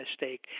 mistake